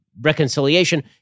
reconciliation